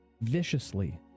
viciously